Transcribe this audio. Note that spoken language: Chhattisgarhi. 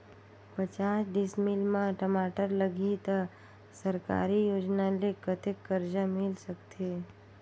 पचास डिसमिल मा टमाटर लगही त सरकारी योजना ले कतेक कर्जा मिल सकथे?